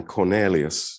Cornelius